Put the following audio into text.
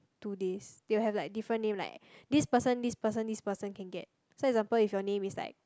two days they will have like different name like this person this person this person can get so for example your name is like